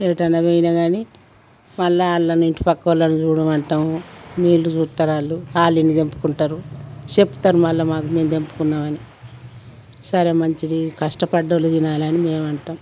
ఎటైనా పోయినా కానీ మళ్ళీ వాళ్ళను ఇంటి పక్కన వాళ్లని చూడమంటాము నీళ్ళు చూస్తారు వాళ్ళు వాళ్ళు ఎన్ని తెంపుకుంటారు చెప్తారు మళ్ళీ మాకు మేము తెంపుకున్నామని సరే మంచిది కష్టపడ్డవాళ్ళు తినాలని మేమంటాం